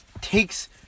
takes